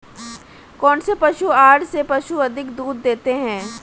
कौनसे पशु आहार से पशु अधिक दूध देते हैं?